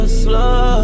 slow